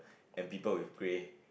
and people will play